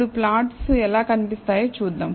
ఇప్పుడు ప్లాట్లు ఎలా కనిపిస్తాయో చూద్దాం